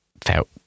felt